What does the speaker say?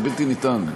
זה בלתי ניתן.